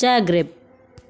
చాగ్రిప్